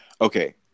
okay